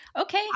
Okay